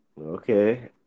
Okay